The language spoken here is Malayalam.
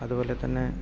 അതുപോലെതന്നെ